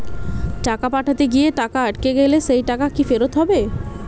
টাকা পাঠাতে গিয়ে টাকা আটকে গেলে সেই টাকা কি ফেরত হবে?